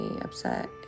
upset